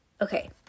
Okay